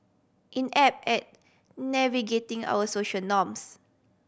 inept at navigating our social norms